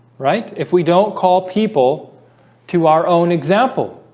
right, if we don't call people to our own example